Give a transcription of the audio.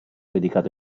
dedicato